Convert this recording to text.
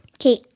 Okay